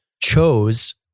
chose